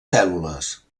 cèl·lules